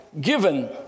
given